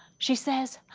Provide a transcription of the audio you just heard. she says,